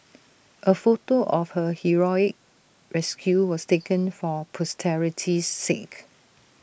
A photo of her heroic rescue was taken for posterity's sake